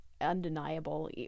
undeniable